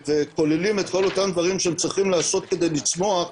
וכוללים את כל אותם הדברים שהם צריכים לעשות כדי לצמוח,